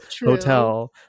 hotel